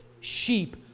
Sheep